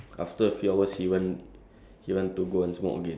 then he got fined on that on that time